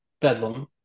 Bedlam